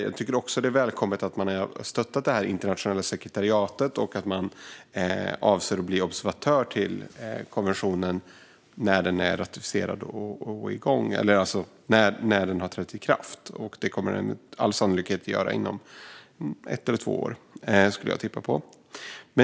Jag tycker också att det är välkommet att man har stöttat det internationella sekretariatet och att man avser att bli observatör när konventionen har trätt i kraft. Det kommer den med all sannolikhet att göra inom ett eller två år, skulle jag tippa på.